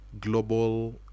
global